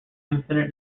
infinite